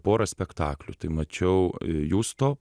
porą spektaklių mačiau justo